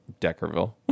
deckerville